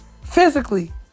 physically